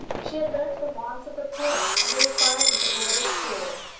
she had learnt the wants of the poor, and the requirements of the little school.